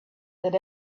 that